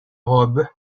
robe